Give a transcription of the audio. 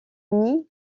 uni